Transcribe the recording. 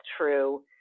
true